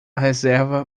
reserva